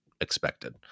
expected